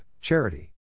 charity